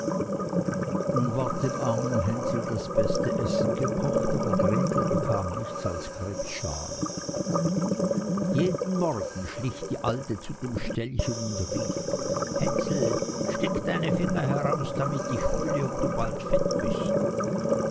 nun ward dem armen hänsel das beste essen gekocht aber gretel bekam nichts als krebsschalen jeden morgen schlich die alte zu dem ställchen und rief hänsel streck deine finger heraus damit ich fühle ob du bald fett bist